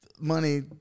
money